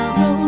no